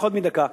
פחות מדקה.